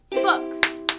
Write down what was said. Books